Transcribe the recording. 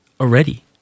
already